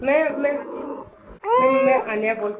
मैं मे मैम मैं आन्या बोल